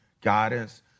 guidance